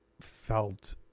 felt